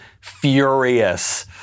furious